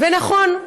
ונכון,